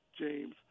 James